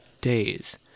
days